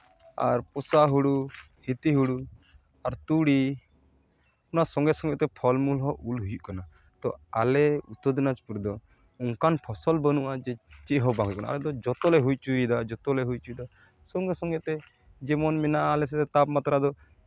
ᱟᱨ ᱯᱳᱥᱟ ᱦᱩᱲᱩ ᱦᱤᱛᱤ ᱦᱩᱲᱩ ᱟᱨ ᱛᱩᱲᱤ ᱚᱱᱟ ᱥᱚᱸᱜᱮ ᱥᱚᱸᱜᱮ ᱛᱮ ᱯᱷᱚᱞ ᱢᱩᱞ ᱦᱚᱸ ᱩᱞ ᱦᱩᱭᱩᱜ ᱠᱟᱱᱟ ᱛᱳ ᱟᱞᱮ ᱩᱛᱛᱚᱨ ᱫᱤᱱᱟᱡᱽᱯᱩᱨ ᱨᱮᱫᱚ ᱚᱱᱠᱟᱱ ᱯᱷᱚᱥᱚᱞ ᱵᱟᱹᱱᱩᱜᱼᱟ ᱡᱮ ᱪᱮᱫ ᱦᱚᱸ ᱵᱟᱝ ᱦᱩᱭᱩᱜ ᱠᱟᱱᱟ ᱟᱞᱮ ᱫᱚ ᱡᱚᱛᱚᱞᱮ ᱦᱩᱭ ᱦᱚᱪᱚᱭᱮᱫᱟ ᱡᱚᱛᱚᱞᱮ ᱦᱩᱭ ᱦᱚᱪᱚᱭᱮᱫᱟ ᱥᱚᱸᱜᱮ ᱥᱚᱸᱜᱮ ᱛᱮ ᱡᱮᱢᱚᱱ ᱢᱮᱱᱟᱜᱼᱟ ᱟᱞᱮ ᱥᱮᱫ ᱛᱟᱯᱢᱟᱛᱨᱟ ᱫᱚ